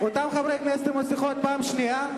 אותם חברי כנסת עם מסכות, פעם שנייה.